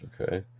Okay